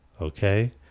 Okay